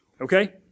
Okay